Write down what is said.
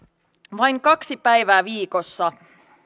vain kaksi päivää viikossa